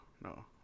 No